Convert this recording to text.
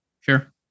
Sure